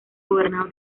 gobernado